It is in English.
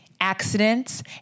accidents